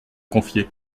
confier